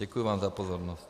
Děkuji vám za pozornost.